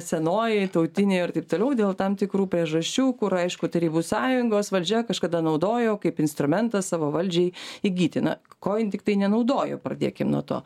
senoji tautinė ir taip toliau dėl tam tikrų priežasčių kur aišku tarybų sąjungos valdžia kažkada naudojo kaip instrumentą savo valdžiai įgyti na ko jin tiktai nenaudojo pradėkim nuo to